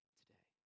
today